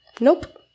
Nope